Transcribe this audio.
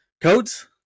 Coats